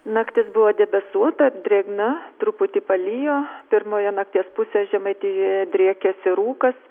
naktis buvo debesuota drėgna truputį palijo pirmoje nakties pusėje žemaitijoje driekėsi rūkas